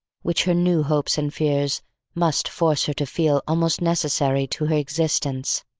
which her new hopes and fears must force her to feel almost necessary to her existence.